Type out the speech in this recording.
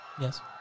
Yes